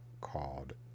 called